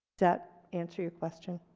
that answer your question?